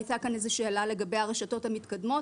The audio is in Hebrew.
הייתה כאן איזו שאלה לגבי הרשתות המתקדמות.